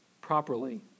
properly